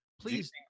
Please